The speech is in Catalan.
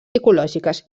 psicològiques